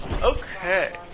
Okay